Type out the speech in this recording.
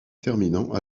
terminant